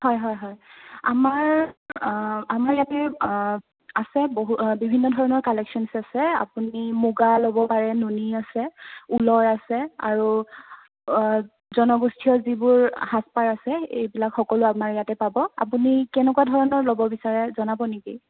হয় হয় হয় আমাৰ আমাৰ ইয়াতে আছে বহু বিভিন্ন ধৰণৰ কালেকশ্যনছ আছে আপুনি মুগা ল'ব পাৰে নুনি আছে ঊলৰ আছে আৰু জনগোষ্ঠীয় যিবোৰ সাজপাৰ আছে এইবিলাক সকলো আমাৰ ইয়াতে পাব আপুনি কেনেকুৱা ধৰণৰ ল'ব বিচাৰে জনাব নেকি